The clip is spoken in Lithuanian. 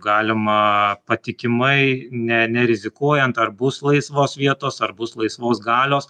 galima patikimai ne nerizikuojant ar bus laisvos vietos ar bus laisvos galios